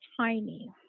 tiny